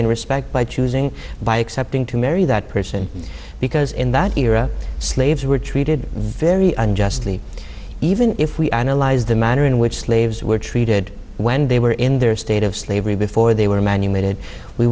and respect by choosing by accepting to marry that person because in that era slaves were treated very unjustly even if we analyze the manner in which slaves were treated when they were in their state of slavery before they were